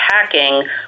hacking